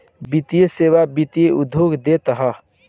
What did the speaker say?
वित्तीय सेवा वित्त उद्योग देत हअ